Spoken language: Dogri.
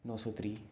नौ सौ त्रीह्